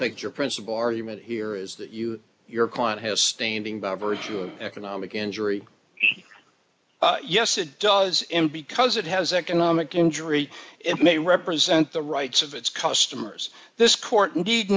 take your principle argument here is that you your client has standing by virtue of economic injury yes it does because it has economic injury it may represent the rights of its customers this court